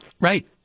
Right